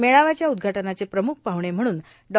मेळाव्याच्या उदघाटनाचे प्रमुख पाहणे म्हणून डॉ